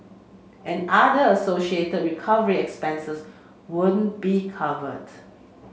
and other associated recovery expenses won't be covered